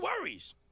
worries